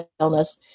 illness